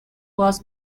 was